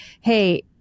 hey